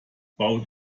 baut